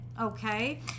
okay